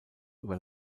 über